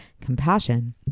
compassion